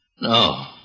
No